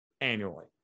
annually